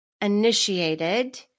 initiated